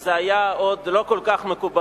זה עוד היה לא כל כך מקובל,